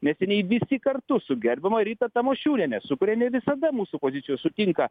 neseniai visi kartu su gerbiama rita tamošiūniene su kuria ne visada mūsų pozicijos sutinka